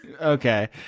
Okay